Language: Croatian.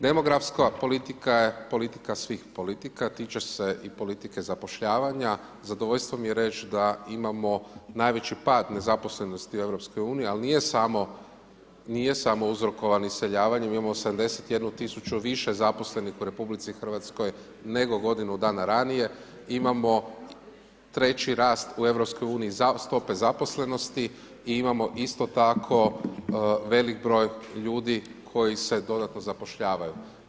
Demografska politika je politika svih politika, tiče i politike zapošljavanja, zadovoljstvo mi je reć da imamo najveći pad nezaposlenosti u EU-u ali nije samo uzrokovan iseljavanjem, imamo 71 000 više zaposlenih u RH nego godinu dana ranije, imamo treći rast u EU-u za stope zaposlenosti i imamo isto tako veliki broj ljudi koji se dodatno zapošljavaju.